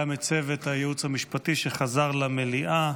גם את צוות הייעוץ המשפטי שחזר למליאה.